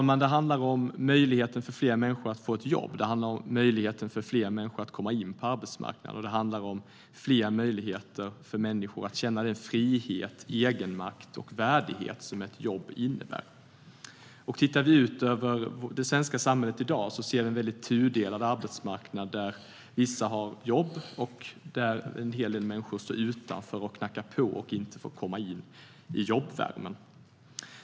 För det första handlar det om möjligheten för fler människor att få ett jobb och komma in på arbetsmarknaden och om fler möjligheter för människor att känna den frihet, egenmakt och värdighet som ett jobb innebär. Om vi tittar ut över det svenska samhället i dag ser vi en väldigt tudelad arbetsmarknad där vissa har jobb men där en hel del människor står utanför och knackar på och inte får komma in i jobbvärmen.